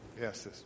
Yes